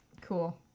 Cool